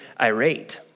irate